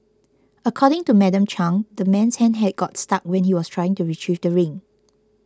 according to Madam Chang the man's hand had got stuck when he was trying to retrieve the ring